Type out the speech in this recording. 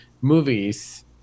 movies